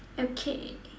okay